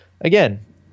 again